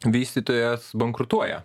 vystytojas bankrutuoja